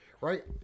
right